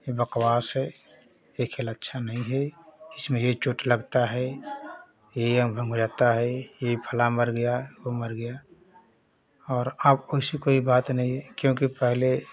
यह बकवास है यह खेल अच्छा नहीं है इसमें यह चोट लगती है यी अंग भंग हो जाता है यह फलाँ मर गया वह मर गया और अब वैसी कोई बात नहीं क्योंकि पहले